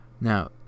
now